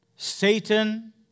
Satan